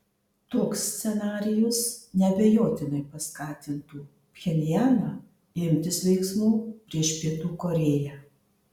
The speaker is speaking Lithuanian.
toks scenarijus neabejotinai paskatintų pchenjaną imtis veiksmų prieš pietų korėją